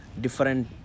Different